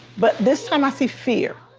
but this time i see fear.